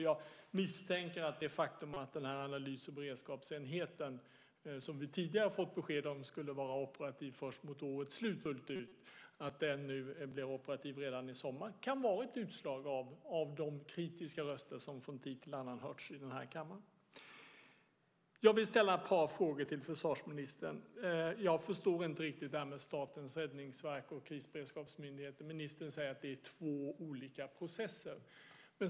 Jag misstänker att det faktum att den analys och beredskapsenhet som vi tidigare fått besked om skulle vara operativ fullt ut först mot årets slut blir operativ redan i sommar kan vara ett utslag av de kritiska röster som från tid till annan har hörts i den här kammaren. Jag vill ställa ett par frågor till försvarsministern. Jag förstår inte riktigt när det handlar om Statens räddningsverk och Krisberedskapsmyndigheten. Ministern säger att det är två olika processer.